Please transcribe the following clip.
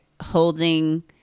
holding